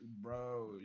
bro